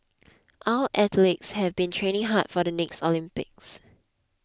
our athletes have been training hard for the next Olympics